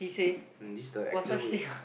this is the actual way